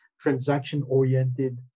transaction-oriented